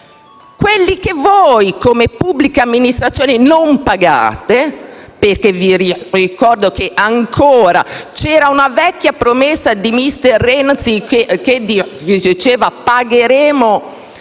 quelli che voi, come pubblica amministrazione, non pagate. Vi ricordo che vi era una vecchia promessa di *mister* Renzi, che diceva: «Pagheremo